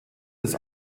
des